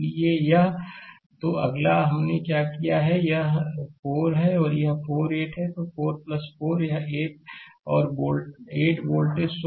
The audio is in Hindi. स्लाइड समय देखें 2317 तो अगला है कि हमने क्या किया है कि यह 4 यह 4 और 4 8 तो 4 4 यह 8 is और 8वोल्टेज सोर्स है